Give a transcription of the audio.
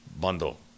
bundle